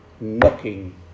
Knocking